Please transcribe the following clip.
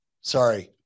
Sorry